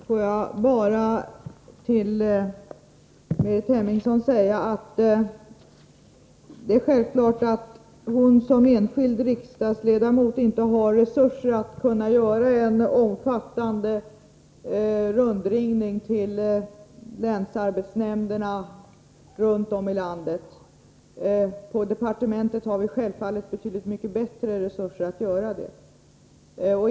Herr talman! Får jag bara till Ingrid Hemmingsson säga att det är självklart att hon som enskild riksdagsledamot inte har resurser att göra en omfattande rundringning till länsarbetsnämnderna ute i landet. På departementet har vi självfallet betydligt bättre resurser att göra det.